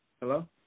Hello